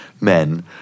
men